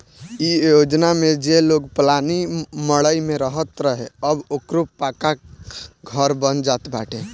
इ योजना में जे लोग पलानी मड़इ में रहत रहे अब ओकरो पक्का घर बन जात बाटे